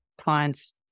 clients